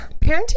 Parenting